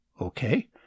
Okay